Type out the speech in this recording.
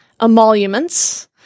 emoluments